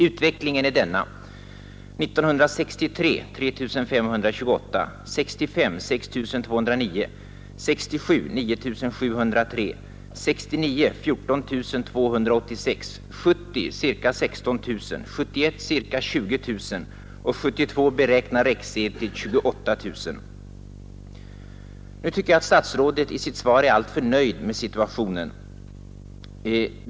Utvecklingen är denna: För 1972 beräknar generaldirektör Rexed antalet till 28 000. Nu tycker jag att statsrådet i sitt svar är alltför nöjd med situationen.